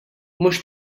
mhux